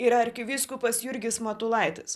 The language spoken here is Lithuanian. yra arkivyskupas jurgis matulaitis